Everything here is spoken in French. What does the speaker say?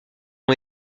ont